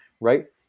right